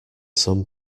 some